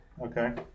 Okay